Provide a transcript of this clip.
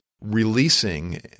releasing